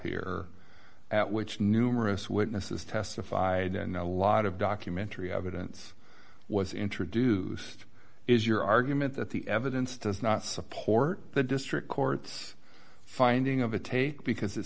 here at which numerous witnesses testified and a lot of documentary evidence was introduced is your argument that the evidence does not support the district court's finding of the tape because it